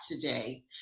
today